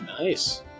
Nice